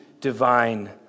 divine